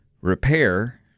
repair